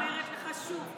אני אומרת לך שוב,